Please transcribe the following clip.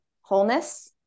wholeness